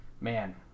man